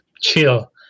chill